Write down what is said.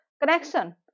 connection